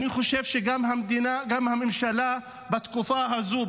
אני חושב שהממשלה בתקופה הזו,